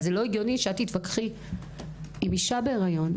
אבל זה לא הגיוני שאת תתווכחי עם אישה בהריון,